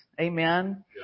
Amen